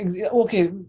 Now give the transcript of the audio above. Okay